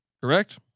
correct